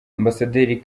ambasaderi